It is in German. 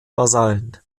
vasallen